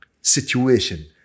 situation